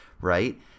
right